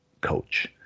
coach